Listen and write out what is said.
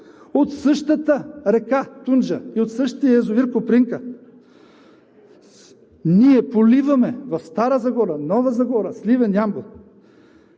От същата река Тунджа и от същия язовир „Копринка“ ние поливаме в Стара Загора, Нова Загора, Сливен, Ямбол.